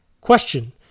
Question